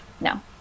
No